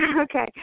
Okay